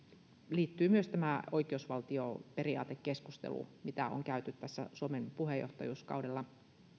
liittyy myös oikeusvaltioperiaatekeskustelu mitä on käyty tässä suomen puheenjohtajuuskaudella